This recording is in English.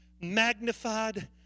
magnified